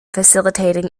facilitating